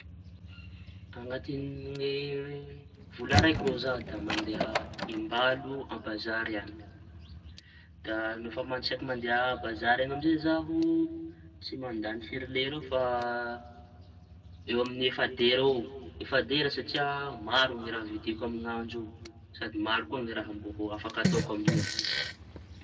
Añatiñy vola raiky raha za da mandea im-balo abazary añy. Da no fa isaky mandeha bazary amizay zaho tsy mandany firy lera eo fa eo aminñy efa dera eo. Efa-dera satria maro ny raha vidiako amiñio andro io sady maro koa ny raha mba faky ataoko amiñio.